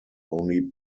only